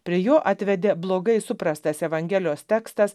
prie jo atvedė blogai suprastas evangelijos tekstas